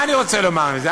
מה אני רוצה לומר בזה?